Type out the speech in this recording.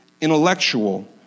intellectual